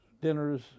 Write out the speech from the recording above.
dinners